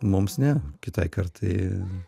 mums ne kitai kartai